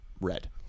red